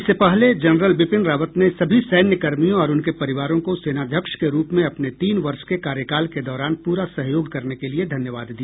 इससे पहले जनरल बिपिन रावत ने सभी सैन्य कर्मियों और उनके परिवारों को सेनाध्यक्ष के रूप में अपने तीन वर्ष के कार्यकाल के दौरान पूरा सहयोग करने के लिए धन्यवाद दिया